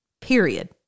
Period